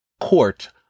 court